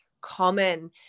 common